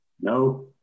no